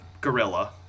gorilla